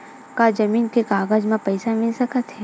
का जमीन के कागज म पईसा मिल सकत हे?